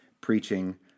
preaching